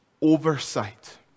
oversight